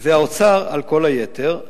והאוצר על כל היתר.